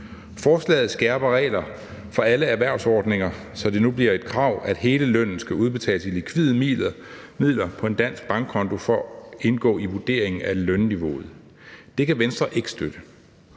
Forslaget skærper regler for alle erhvervsordninger, så det nu bliver et krav, at hele lønnen skal udbetales i likvide midler på en dansk bankkonto for at indgå i vurdering af lønniveauet. Det kan Venstre ikke støtte,